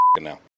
now